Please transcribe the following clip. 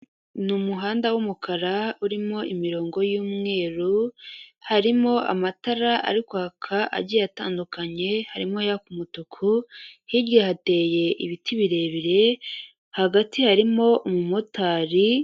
Ni umuhanda w'umukara urimo imirongo y'umweru, harimo amatara ari kwaka agiye atandukanye, harimo ayaka umutuku, hirya hateye ibiti birebire, hagati harimo umumotari.